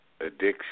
addiction